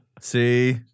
see